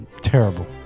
Terrible